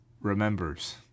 remembers